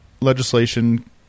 legislation